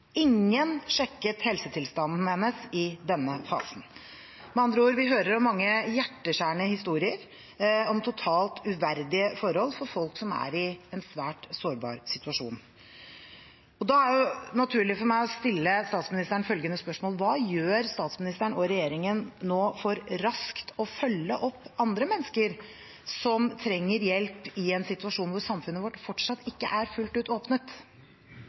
Ingen sjekket helsetilstanden hennes i denne fasen. Med andre ord: Vi hører mange hjerteskjærende historier om totalt uverdige forhold for folk som er i en svært sårbar situasjon. Da er det naturlig for meg å stille statsministeren følgende spørsmål: Hva gjør statsministeren og regjeringen nå for raskt å følge opp andre mennesker som trenger hjelp i en situasjon da samfunnet vårt fortsatt ikke er fullt ut åpnet?